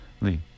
lee